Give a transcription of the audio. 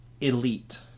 elite